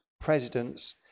presidents